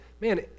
man